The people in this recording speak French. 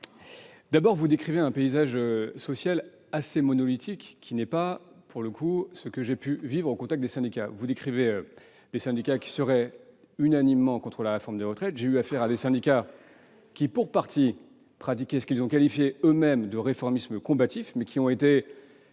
d'abord, vous décrivez un paysage social assez monolithique, qui ne ressemble pas à ce que j'ai pu vivre au contact des syndicats. Vous décrivez des syndicats qui seraient unanimement contre la réforme des retraites. J'ai eu affaire à des syndicats qui, pour partie, pratiquaient ce qu'ils ont qualifié eux-mêmes de « réformisme combatif »: sans être